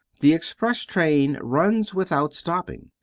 the express trains run without stopping,